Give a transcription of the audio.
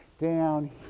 down